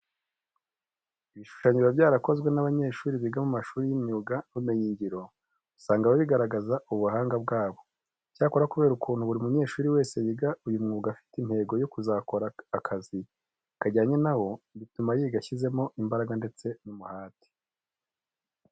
Ibishushanyo biba byarakozwe n'abanyeshuri biga mu mashuri y'imyuga n'ubumenyingiro usanga biba bigaragaza ubuhanga bwabo. Icyakora kubera ukuntu buri munyeshuri wese yiga uyu mwuga afite intego yo kuzakora akazi kajyanye na wo, bituma yiga ashyizemo imbaraga ndetse n'umuhate.